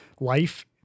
life